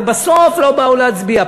ובסוף לא באו להצביע,